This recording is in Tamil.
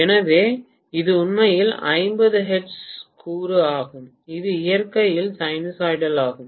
எனவே இது உண்மையில் 50 ஹெர்ட்ஸ் கூறு ஆகும் இது இயற்கையில் சைனூசாய்டல் ஆகும்